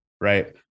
Right